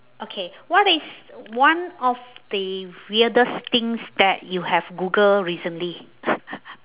okay what is one of the weirdest things that you have google recently